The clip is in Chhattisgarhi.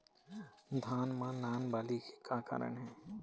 धान म नान बाली के का कारण हे?